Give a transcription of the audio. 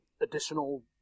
additional